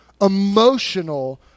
emotional